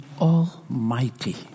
Almighty